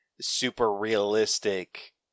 super-realistic